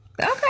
Okay